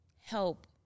help